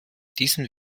diesen